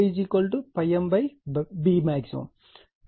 కాబట్టి A ∅m B max